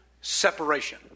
separation